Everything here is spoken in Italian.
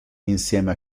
insieme